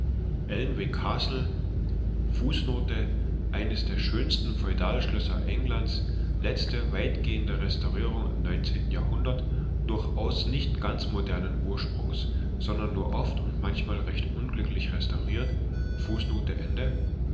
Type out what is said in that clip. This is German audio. eines der schönsten feudalschlösser englands letzte weitgehende restaurierung im neunzehnten jahrhundert durchaus nicht ganz modernen ursprungs sondern nur oft und manchmal recht unglücklich restauriert